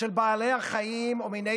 שלצערי הגדול נחטפה אישה ממקלט